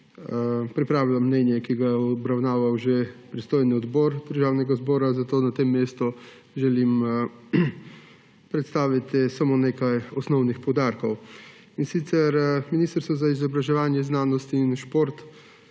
pripravila mnenje, ki ga je obravnaval že pristojni odbor Državnega zbora, zato na tem mestu želim predstaviti samo nekaj osnovnih poudarkov. Ministrstvo za izobraževanje, znanost in šport